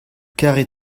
karet